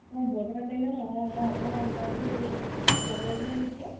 অঁ বৰপেটাত লাগিলে ন অঁ মই আপোনাৰ নম্বৰটো সেই লগৰ এজনীয়ে দিছিলে